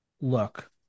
look